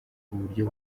uburyo